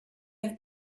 have